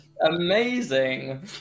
Amazing